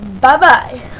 Bye-bye